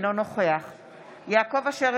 אינו נוכח יעקב אשר,